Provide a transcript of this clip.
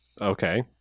Okay